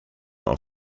are